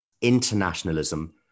internationalism